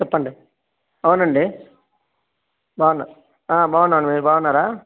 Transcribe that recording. చెప్పండి అవునండి బాగున్న బాగున్నాను మీరు బాగున్నారా